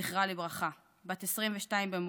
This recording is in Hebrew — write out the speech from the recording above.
זכרה לברכה, בת 22 במותה,